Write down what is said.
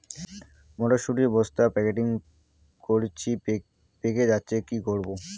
মটর শুটি বস্তা প্যাকেটিং করেছি পেকে যাচ্ছে কি করব?